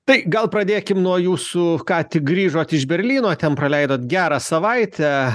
tai gal pradėkim nuo jūsų ką tik grįžot iš berlyno ten praleidot gerą savaitę